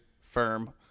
firm